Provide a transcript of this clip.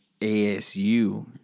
ASU